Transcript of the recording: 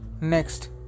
Next